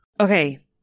Okay